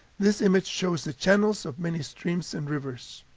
this image shows the channels of many streams and rivers.